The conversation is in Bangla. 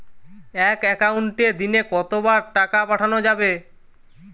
এক একাউন্টে দিনে কতবার টাকা পাঠানো যাবে?